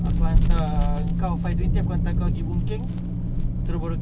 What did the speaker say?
pada boon keng sekejap jer boon keng ada kat tengah daripada boon keng kau nak pergi jurong thirty minutes jer